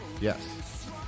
Yes